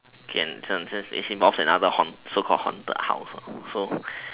can this is from another so called haunted house so